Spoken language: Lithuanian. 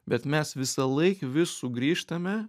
bet mes visąlaik vis sugrįžtame